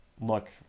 look